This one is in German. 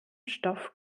stoff